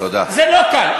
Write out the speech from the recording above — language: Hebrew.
זה לא קל.